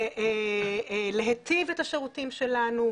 ולהיטיב את השירותים שלנו,